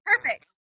Perfect